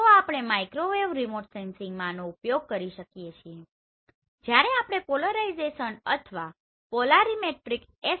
તો આપણે microwave remote સેન્સિંગમાં આનો ઉપયોગ કરીએ છીએ જ્યારે આપણે પોલરાઇઝેશન અથવા પોલારિમેટ્રિક એસ